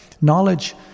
knowledge